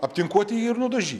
aptinkuoti jį ir nudažyt